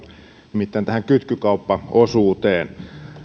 nimittäin tähän kytkykauppaosuuteen